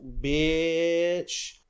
bitch